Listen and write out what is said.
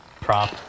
prop